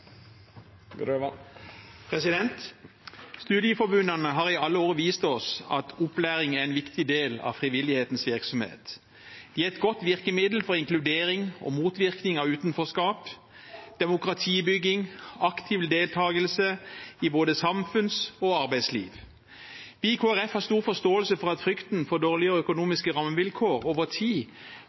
Studieforbundene har i alle år vist oss at opplæring er en viktig del av frivillighetens virksomhet. De er et godt virkemiddel for inkludering og motvirkning av utenforskap, demokratibygging og aktiv deltakelse i både samfunns- og arbeidsliv. Vi i Kristelig Folkeparti har stor forståelse for at frykten for dårligere økonomiske rammevilkår over tid